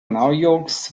naujoks